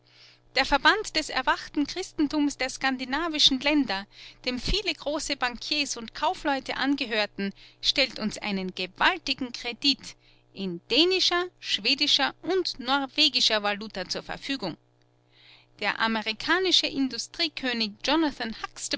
der verband des erwachten christentums der skandinavischen länder dem viele große bankiers und kaufleute angehören stellt uns einen gewaltigen kredit in dänischer schwedischer und norwegischer valuta zur verfügung der amerikanische industriekönig